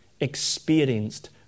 experienced